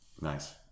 nice